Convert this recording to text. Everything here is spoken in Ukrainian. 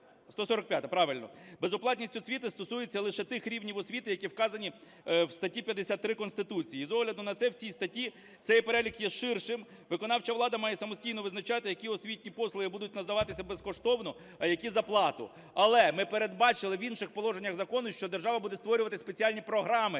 Безоплатність освіти стосується лише тих рівнів освіти, які вказані в статті 53 Конституції. І з огляду на це в цій статті цей перелік є ширшим, виконавча влада має самостійно визначати, які освітні послуги будуть надаватися безкоштовно, а які - за плату. Але ми передбачили в інших положеннях закону, що держава буде створювати спеціальні програми,